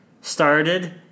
started